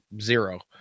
zero